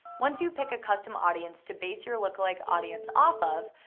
once you pick a custom audience to base your lookalike audience off of,